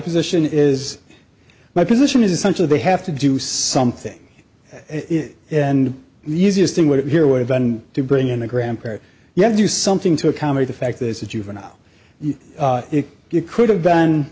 position is my position is essentially they have to do something and the easiest thing would here would have been to bring in a grandparent you have to do something to accommodate the fact that it's a juvenile and if you could have done